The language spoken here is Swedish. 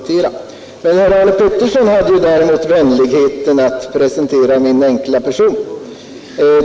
Herr Arne Pettersson i Malmö hade däremot vänligheten att presentera min enkla person.